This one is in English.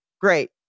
Great